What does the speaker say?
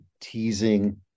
teasing